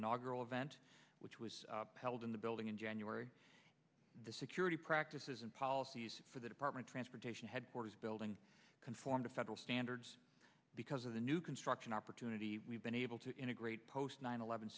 inaugural event which was held in the building in january the security practices and policies for the department transportation headquarters building conform to federal standards because of the new construction opportunity we've been able to integrate post nine eleven